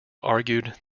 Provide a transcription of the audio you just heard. argued